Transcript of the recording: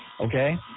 okay